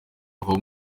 avamo